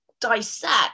dissect